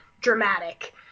dramatic